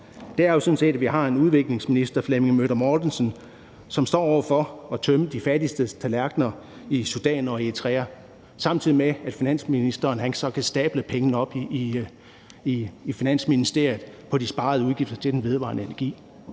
for, er jo sådan set, at vi har en udviklingsminister, som står over for at tømme de fattigstes tallerkener i Sudan og Eritrea, samtidig med at finansministeren så kan stable pengene fra de sparede udgifter til den vedvarende energi